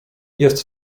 jest